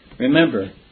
Remember